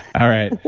all right,